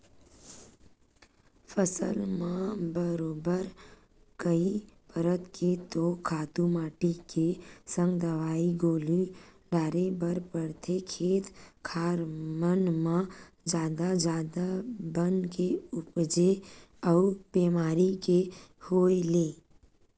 फसल म बरोबर कई परत के तो खातू माटी के संग दवई गोली डारे बर परथे, खेत खार मन म जादा जादा बन के उपजे अउ बेमारी के होय ले